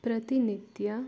ಪ್ರತಿನಿತ್ಯ